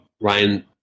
Ryan